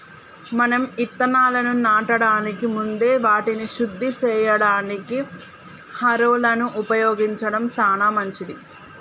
మనం ఇత్తనాలను నాటడానికి ముందే వాటిని శుద్ది సేయడానికి హారొలను ఉపయోగించడం సాన మంచిది